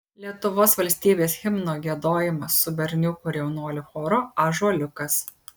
lietuvos valstybės himno giedojimas su berniukų ir jaunuolių choru ąžuoliukas